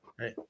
Right